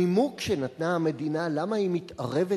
הנימוק שנתנה המדינה למה היא מתערבת